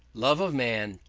love of man,